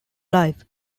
live